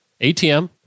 ATM